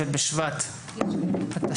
ח' בשבט התשפ"ג.